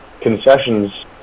concessions